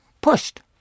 pushed